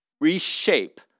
reshape